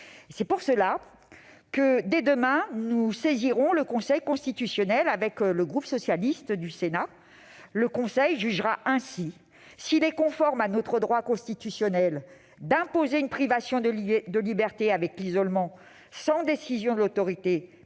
C'est pour cela que, dès demain, nous saisirons le Conseil constitutionnel avec le groupe socialiste du Sénat. Le Conseil jugera ainsi s'il est conforme à notre droit constitutionnel d'imposer une privation de liberté- l'isolement -sans décision de l'autorité